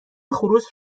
خروس